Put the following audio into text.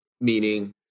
Meaning